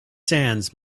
sands